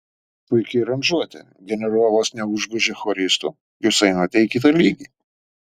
puiki aranžuotė generolas neužgožė choristų jūs einate į kitą lygį